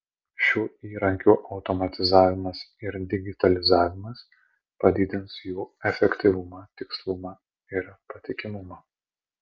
šių įrankių automatizavimas ir digitalizavimas padidins jų efektyvumą tikslumą ir patikimumą